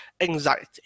anxiety